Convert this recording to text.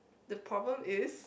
the problem is